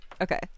Okay